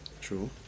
True